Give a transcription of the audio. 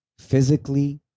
physically